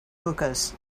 hookahs